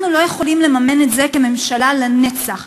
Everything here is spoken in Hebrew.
אנחנו לא יכולים לממן את זה כממשלה לנצח.